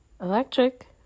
Electric